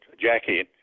Jackie